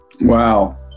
Wow